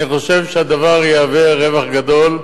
אני חושב שהדבר יהווה רווח גדול.